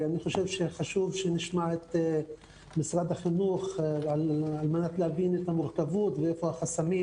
חשוב שנשמע את משרד החינוך על מנת להבין את המורכבות ואיפה החסמים